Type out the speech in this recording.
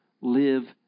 live